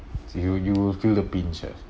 you you will feel the pain